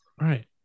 Right